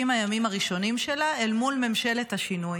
הימים הראשונים שלה אל מול ממשלת השינוי.